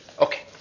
Okay